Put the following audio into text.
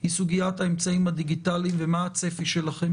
היא סוגית האמצעים הדיגיטליים ומה הצפי שלכם